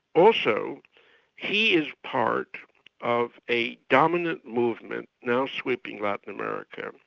also he is part of a dominant movement now sweeping latin america,